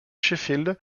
sheffield